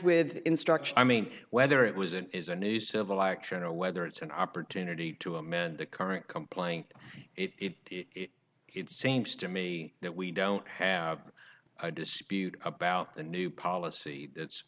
with instruction i mean whether it was it is a new civil action or whether it's an opportunity to amend the current complaint it seems to me that we don't have a dispute about the new policy